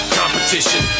competition